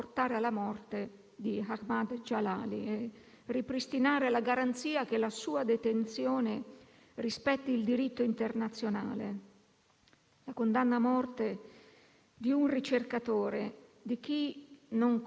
La condanna a morte di un ricercatore, di chi non coltiva altro che la conoscenza, credo debba essere vissuta dalla comunità internazionale come un attacco portato al cuore